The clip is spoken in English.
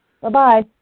Bye-bye